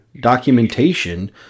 documentation